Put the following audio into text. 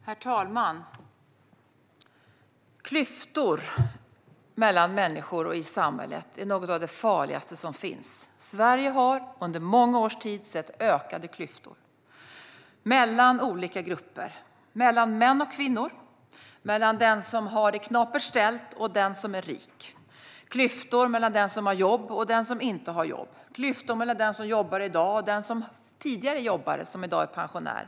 Herr talman! Klyftor mellan människor och i samhället är något av det farligaste som finns. Sverige har under många års tid sett ökade klyftor mellan olika grupper, mellan män och kvinnor, mellan den som har det knapert ställt och den som är rik. Klyftor finns mellan den som har jobb och den som inte har jobb, mellan den som jobbar i dag och den som tidigare jobbade och i dag är pensionär.